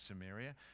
Samaria